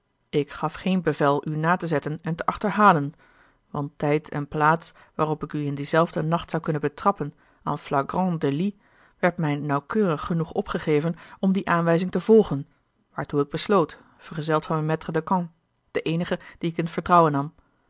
ik gaf geen bevel u na te zetten en te achterhalen want tijd en plaats waarop ik u in dien zelfden nacht osboom oussaint betrappen en flagrant délit werd mij nauwkeurig genoeg opgegeven om die aanwijzing te volgen waartoe ik besloot vergezeld van mijn maistre de camp den eenige dien ik in t vertrouwen nam